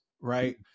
right